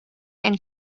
and